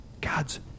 God's